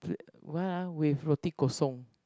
what ah with roti kosong